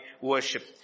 worship